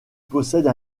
possède